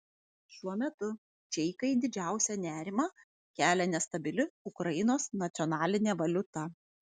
šiuo metu čeikai didžiausią nerimą kelia nestabili ukrainos nacionalinė valiuta